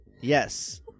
Yes